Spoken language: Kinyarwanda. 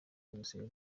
jenoside